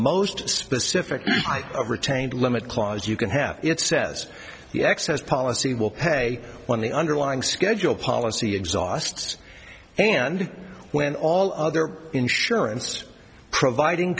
most specific type of retained limit clause you can have it says the access policy will pay when the underlying schedule policy exhausts and when all other insurance providing